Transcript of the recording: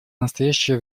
настоящее